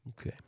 Okay